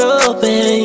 open